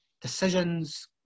decisions